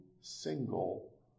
single